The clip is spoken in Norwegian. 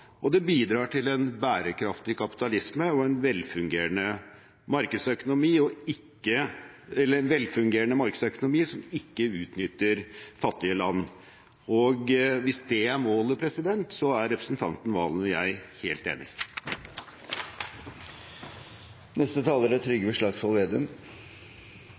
fordi det bidrar til effektiv prising av selskap og kapital, og fordi det bidrar til en bærekraftig kapitalisme og en velfungerende markedsøkonomi som ikke utnytter fattige land. Hvis det er målet, er representanten Valen og jeg helt